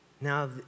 Now